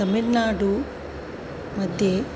तमिल्नाडु मध्ये